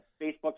Facebook